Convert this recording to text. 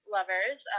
lovers